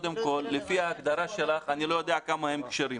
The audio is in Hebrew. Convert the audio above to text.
לפי ההגדרה שלך אני לא יודע כמה הם כשרים.